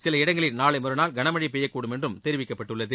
சில இடங்களில் நாளை மறுநாள் கனமழை பெய்யக்கூடும் என்றும் தெரிவிக்கப்பட்டுள்ளது